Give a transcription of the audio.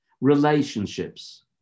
relationships